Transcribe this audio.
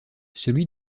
celui